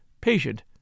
patient